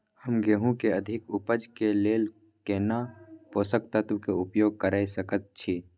हम गेहूं के अधिक उपज के लेल केना पोषक तत्व के उपयोग करय सकेत छी?